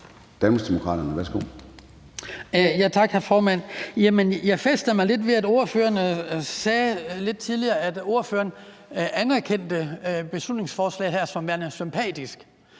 Kristian Skibby (DD): Tak, hr. formand. Jeg fæstnede mig lidt ved, at ordføreren lidt tidligere sagde, at ordføreren anerkendte beslutningsforslaget her som værende sympatisk.